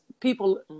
people